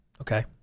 okay